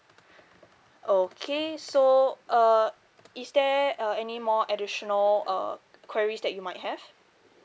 okay so uh is there uh any more additional uh queries that you might have